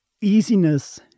easiness